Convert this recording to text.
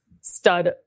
stud